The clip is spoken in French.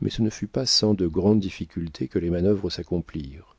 mais ce ne fut pas sans de grandes difficultés que les manœuvres s'accomplirent